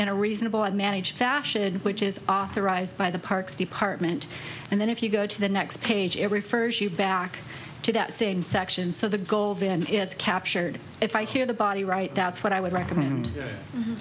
in a reasonable and managed fashion which is authorized by the parks department and then if you go to the next page every first you back to that same section so the goal then is captured if i hear the body right that's what i would recommend